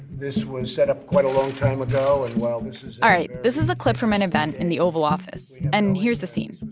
this was set up quite a long time ago, and while this is. all right. this is a clip from an event in the oval office. and here's the scene.